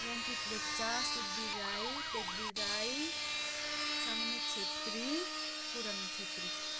Yankit Lepcha Sukbir Rai Tekbir Rai Sanmit Chhetri Puran Chhetri